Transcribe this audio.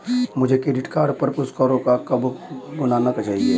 मुझे credit card पर पुरस्कारों को कब भुनाना चाहिए?